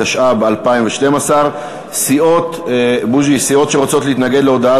התשע"ב 2012. סיעות שרוצות להתנגד להודעה